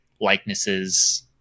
likenesses